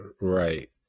Right